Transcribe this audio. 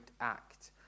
act